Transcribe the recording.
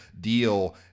deal